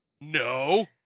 No